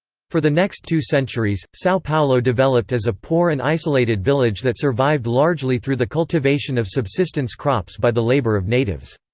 for the next two centuries, sao paulo developed as a poor and isolated village that survived largely through the cultivation of subsistence crops by the labor of natives.